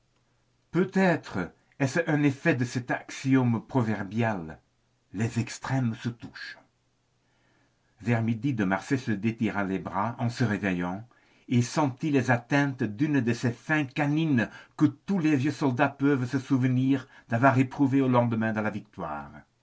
peut-être est-ce un effet de cet axiome proverbial les extrêmes se touchent vers midi de marsay se détira les bras en se réveillant et sentit les atteintes d'une de ces faims canines que tous les vieux soldats peuvent se souvenir d'avoir éprouvée au lendemain de la victoire